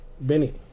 Benny